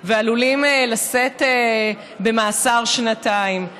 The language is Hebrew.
ועלולים לשאת במאסר של שנתיים.